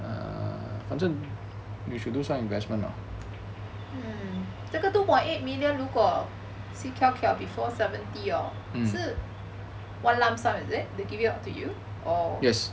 two point eight million 如果 sikuikui before seventy hor 是 one lump sum is it they give it up to you or